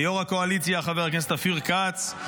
ליו"ר הקואליציה חבר הכנסת אופיר כץ,